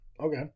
Okay